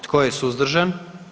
Tko je suzdržan?